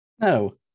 No